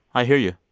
i hear you